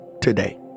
today